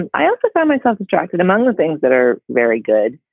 and i also find myself distracted among the things that are very good,